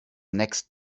next